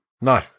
No